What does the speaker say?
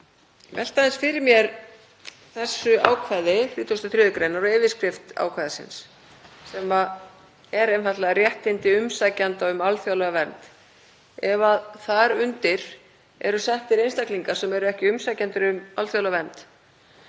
velti aðeins fyrir mér þessu ákvæði 33. gr. og yfirskrift þess, sem er einfaldlega „réttindi umsækjenda um alþjóðlega vernd“, ef þar undir eru settir einstaklingar sem eru ekki umsækjendur um alþjóðlega vernd